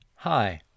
Hi